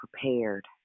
prepared